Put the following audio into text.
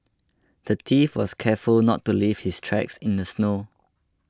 the thief was careful to not leave his tracks in the snow